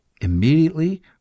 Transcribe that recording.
immediately